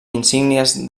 insígnies